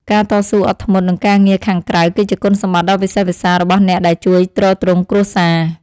ការតស៊ូអត់ធ្មត់នឹងការងារខាងក្រៅ គឺជាគុណសម្បត្តិដ៏វិសេសវិសាលរបស់អ្នកដែលជួយទ្រទ្រង់គ្រួសារ។